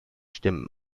stimmen